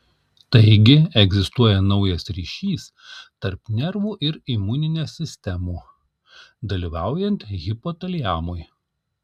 taigi egzistuoja naujas ryšys tarp nervų ir imuninės sistemų dalyvaujant hipotaliamui